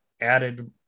added